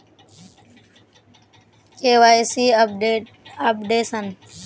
KYC updation?